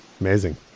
Amazing